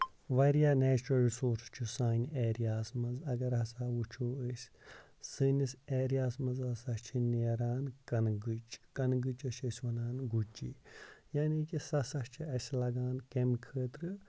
واریاہ natural resources چھِ سٲنۍ ایریاہَس منٛز اَگر ہسا وٕچھو أسۍ سٲنِس ایریاہَس منٛز ہسا چھِ نیران کَنہٕ گٔچۍ کَنہٕ گٔچس چھِ أسۍ وَنان گُچہِ یعنے کہِ سُہ ہسا چھ اَسہِ لگان کَمہِ خٲطرٕ